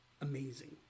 amazing